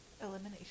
Elimination